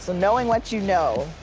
so knowing what you know,